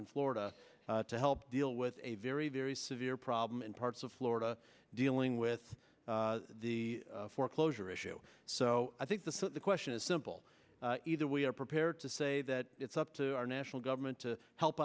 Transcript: in florida to help deal with a very very severe problem in parts of florida dealing with the foreclosure issue so i think the so the question is simple either we are prepared to say that it's up to our national government to help